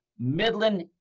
Midland